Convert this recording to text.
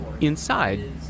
Inside